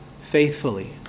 faithfully